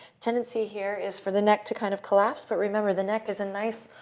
tendency here is for the neck to kind of collapse, but remember, the neck is a nice,